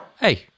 Hey